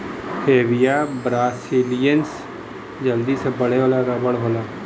Hevea brasiliensis जल्दी से बढ़े वाला रबर होला